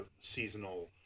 seasonal